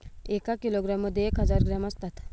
एका किलोग्रॅम मध्ये एक हजार ग्रॅम असतात